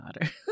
daughter